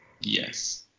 Yes